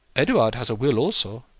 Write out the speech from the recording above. edouard has a will also.